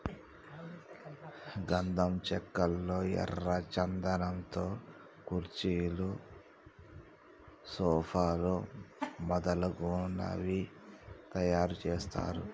గంధం చెక్కల్లో ఎర్ర చందనం తో కుర్చీలు సోఫాలు మొదలగునవి తయారు చేస్తారు